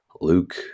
Luke